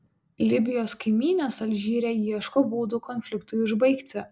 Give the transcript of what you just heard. libijos kaimynės alžyre ieško būdų konfliktui užbaigti